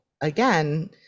again